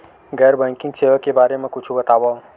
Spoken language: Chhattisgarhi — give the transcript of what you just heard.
गैर बैंकिंग सेवा के बारे म कुछु बतावव?